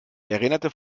erinnerte